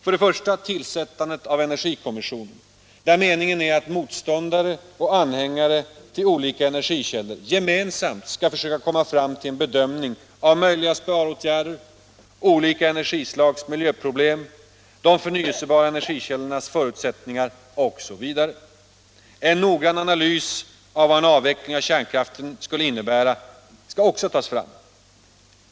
För det första tillsattes energikommissionen, där meningen är att motståndare och anhängare till olika energikällor gemensamt skall försöka komma fram till en bedömning av möjliga sparåtgärder, olika energislags miljöproblem, de förnyelsebara energikällornas förutsättningar osv. En noggrann analys av vad en avveckling av kärnkraften skulle innebära skall också tas fram.